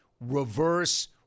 reverse